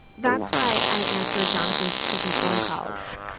that's why i answered jonathan's prison phone calls.